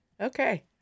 okay